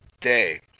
Day